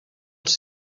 els